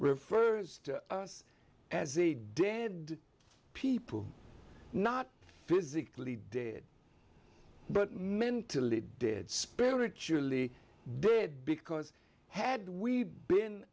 fers to as a dead people not physically dead but mentally dead spiritually dead because had we been